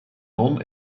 non